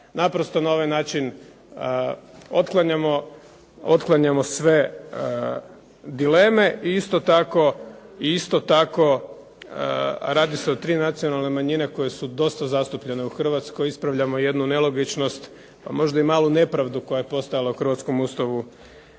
naprosto na ovaj način otklanjamo sve dileme. I isto tako radi se o tri nacionalne manjine koje su dosta zastupljene u Hrvatskoj. Ispravljamo jednu nelogičnost, pa možda i malu nepravdu koja je postojala u hrvatskom Ustavu